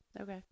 Okay